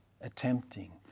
attempting